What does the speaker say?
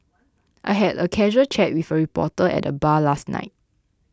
I had a casual chat with a reporter at the bar last night